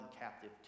captive